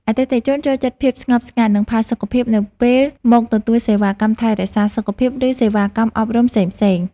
អតិថិជនចូលចិត្តភាពស្ងប់ស្ងាត់ និងផាសុកភាពនៅពេលមកទទួលសេវាកម្មថែរក្សាសុខភាព ឬសេវាកម្មអប់រំផ្សេងៗ។